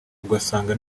ugasanga